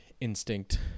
instinct